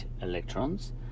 electrons